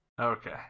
Okay